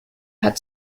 hat